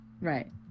right